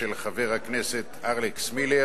של חבר הכנסת אלכס מילר,